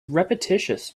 repetitious